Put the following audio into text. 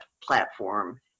platform